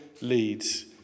leads